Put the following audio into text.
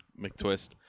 McTwist